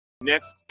Next